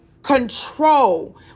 control